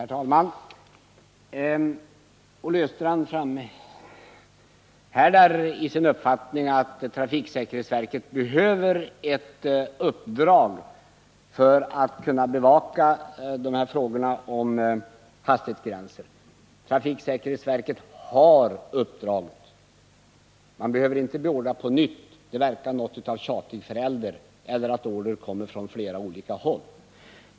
Herr talman! Olle Östrand framhärdar i sin uppfattning att trafiksäkerhetsverket behöver ett uppdrag för att kunna bevaka frågorna om hastighetsbegränsning. Men trafiksäkerhetsverket har detta uppdrag. Man behöver inte beordras på nytt, det skulle ge intryck av tjatig förälder eller av att orddr kommer från flera olika håll.